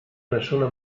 nessuna